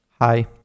Hi